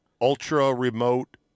ultra-remote